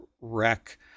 wreck